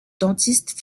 dentiste